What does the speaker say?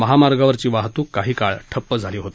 महामार्गावरील वाहतूक काही काळ ठप्प झाली होती